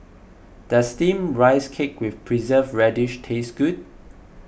does Steamed Rice Cake with Preserved Radish taste good